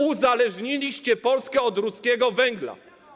Uzależniliście Polskę od ruskiego węgla.